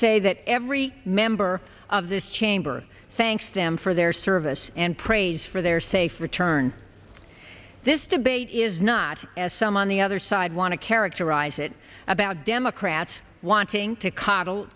say that every member of this chamber thanks them for their service and praise for their safe return this debate is not as some on the other side want to characterize it about democrats wanting to coddle